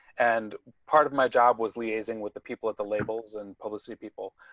and part of my job was liaising with the people at the labels and publicity people